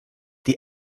this